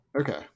Okay